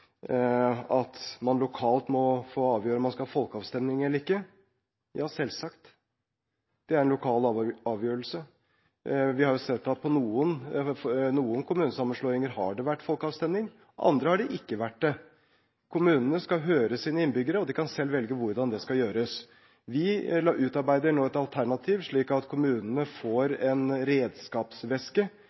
at man lokalt må få avgjøre om man skal ha folkeavstemning eller ikke. Ja, selvsagt – det er en lokal avgjørelse. Vi har sett at det ved noen kommunesammenslåinger har vært folkeavstemning, og ved andre har det ikke vært det. Kommunene skal høre sine innbyggere, og de kan selv velge hvordan det skal gjøres. Vi utarbeider nå et alternativ, slik at kommunene får en redskapsveske,